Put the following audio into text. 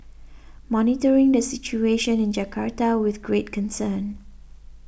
monitoring the situation in Jakarta with great concern